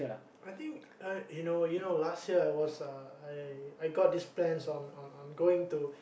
I think I you know you know last year I was uh I I got this plans on on on on going to